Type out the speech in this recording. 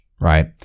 right